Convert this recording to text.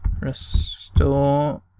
Restore